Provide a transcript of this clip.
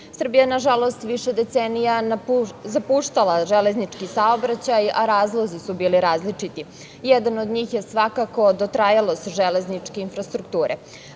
Srbija nažalost je više decenija zapuštala železnički saobraćaj, a razlozi su bili različiti. Jedan od njih je svakako dotrajalost železničke infrastrukture. Ali,